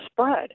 spread